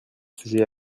sujet